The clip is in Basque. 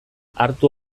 hartu